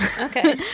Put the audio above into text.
Okay